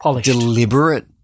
deliberate –